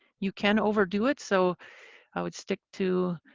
you can overdo it, so i would stick to